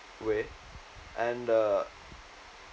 way and uh